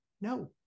No